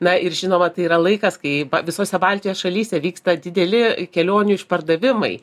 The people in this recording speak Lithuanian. na ir žinoma tai yra laikas kai visose baltijos šalyse vyksta dideli kelionių išpardavimai